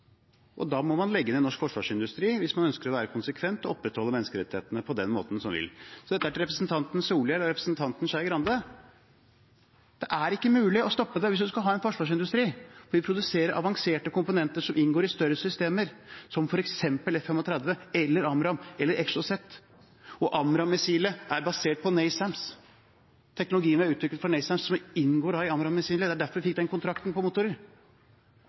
må legge ned norsk forsvarsindustri hvis man ønsker å være konsekvent og opprettholde menneskerettighetene på den måten som vi vil. Så dette er til representanten Solhjell og representanten Skei Grande: Det er ikke mulig å stoppe det hvis vi skal ha en forsvarsindustri. Vi produserer avanserte komponenter som inngår i større systemer, som f.eks. F-35, AMRAAM eller Exocet. AMRAAM-missilet er basert på NASAMS. Teknologien er utviklet for NASAMS, som inngår i AMRAAM-missilet. Det er derfor vi fikk den kontrakten på motorer.